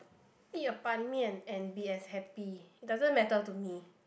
eat a ban-mian and be as happy it doesn't matter to me